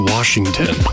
Washington